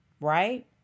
right